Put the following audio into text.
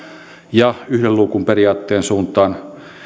ja yhden luukun periaatteen suuntaan